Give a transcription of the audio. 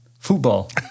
Football